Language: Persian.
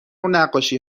نقاشی